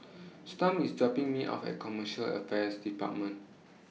Storm IS dropping Me off At Commercial Affairs department